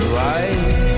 light